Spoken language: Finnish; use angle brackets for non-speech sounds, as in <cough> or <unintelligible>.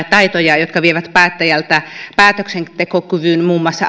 <unintelligible> taitoja jotka vievät päättäjältä päätöksentekokyvyn muun muassa